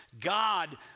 God